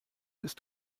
ist